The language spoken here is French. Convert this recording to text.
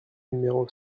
numéro